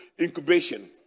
incubation